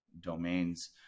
domains